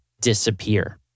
disappear